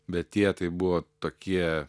bet tie tai buvo tokie